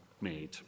made